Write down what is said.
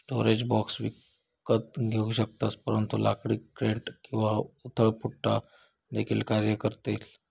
storage box विकत घेऊ शकतात परंतु लाकडी क्रेट किंवा उथळ पुठ्ठा देखील कार्य करेल